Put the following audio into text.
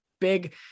big